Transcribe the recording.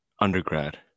undergrad